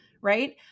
Right